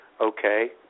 okay